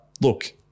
look